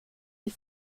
wie